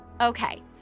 Okay